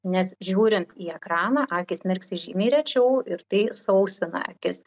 nes žiūrint į ekraną akys mirksi žymiai rečiau ir tai sausina akis